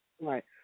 Right